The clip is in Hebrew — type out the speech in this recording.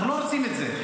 אנחנו לא רוצים את זה.